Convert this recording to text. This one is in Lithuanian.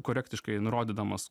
korektiškai nurodydamas